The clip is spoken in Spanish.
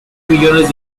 millones